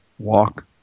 walk